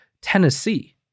Tennessee